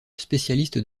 spécialiste